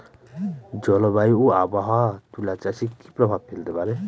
জলবায়ু ও আবহাওয়া তুলা চাষে কি প্রভাব ফেলতে পারে?